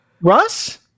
Russ